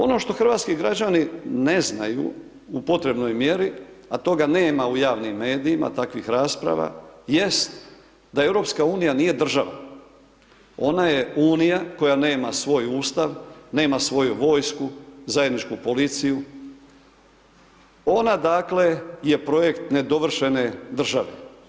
Ono što hrvatski građani ne znaju u potrebnoj mjeri, a toga nema u javnim medijima, takvih rasprava jest da EU nije država, ona je unija koja nema svoj Ustav, nema svoju vojsku, zajedničku policiju, onda dakle, je projekt nedovršene države.